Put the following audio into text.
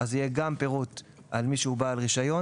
יהיה פירוט לגבי מישהו שהוא בעל רישיון